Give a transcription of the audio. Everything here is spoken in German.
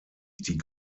die